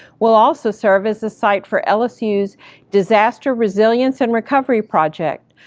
we'll also serve as a site for lsu's disaster resilience and recovery project.